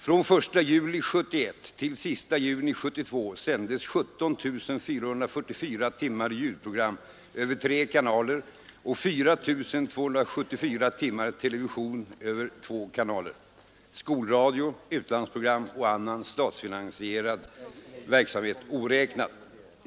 Från den 1 juli 1971 till den 30 juni 1972 sändes 17 444 timmar ljudradioprogram över tre kanaler och 4 274 timmar television över två kanaler — skolradio, utlandsprogram och annan statsfinansierad verksamhet på området oräknade.